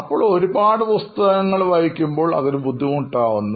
അപ്പോൾ ഒരുപാട് പുസ്തകങ്ങൾ വഹിക്കുമ്പോൾ അതൊരു ബുദ്ധിമുട്ടാകുന്നു